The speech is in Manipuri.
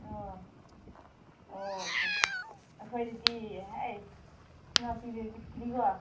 ꯑꯣ ꯑꯣ ꯑꯠꯆꯥ ꯑꯠꯆꯥ ꯑꯩꯈꯣꯏꯗꯗꯤ ꯍꯩꯁ ꯁꯦꯅꯥꯄꯇꯤꯗꯗꯤ ꯗꯤꯀꯣ